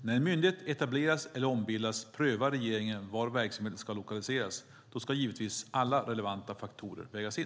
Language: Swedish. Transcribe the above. När en myndighet etableras eller ombildas prövar regeringen var verksamheten ska lokaliseras. Då ska givetvis alla relevanta faktorer vägas in.